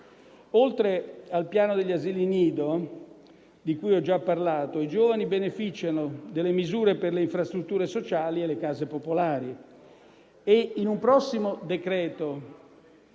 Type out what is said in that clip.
Oltre al piano degli asili nido, di cui ho già parlato, i giovani beneficiano delle misure per le infrastrutture sociali e le case popolari. In un prossimo decreto-legge